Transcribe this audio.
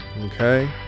Okay